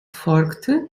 folgte